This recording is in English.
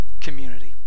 community